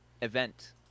event